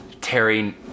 Terry